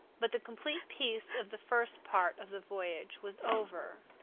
but the complete peace of the first part of the voyage was over.